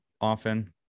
often